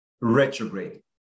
retrograde